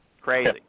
Crazy